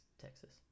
Texas